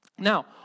Now